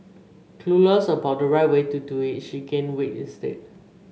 clueless about the right way to do it she gained weight instead